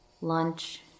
Lunch